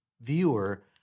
viewer